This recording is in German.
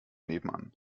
nebenan